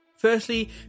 Firstly